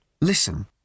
Listen